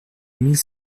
mille